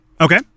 Okay